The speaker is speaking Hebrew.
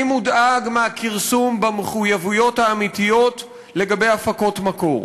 אני מודאג מהכרסום במחויבויות האמיתיות לגבי הפקות מקור.